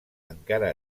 encara